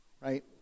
right